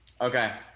Okay